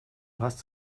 hast